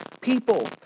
people